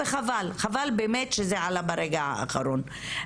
חבל באמת שזה עלה ברגע האחרון.